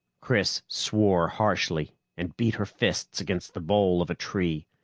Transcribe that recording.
chris swore harshly and beat her fists against the bole of a tree.